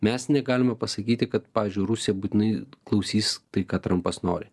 mes negalime pasakyti kad pavyzdžiui rusija būtinai klausys tai ką trampas nori